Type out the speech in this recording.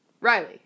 Riley